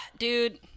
Dude